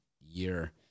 year